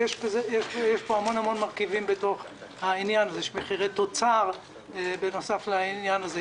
יש המון מרכיבים בתוך העניין הזה יש מחירי תוצר בנוסף לעניין הזה,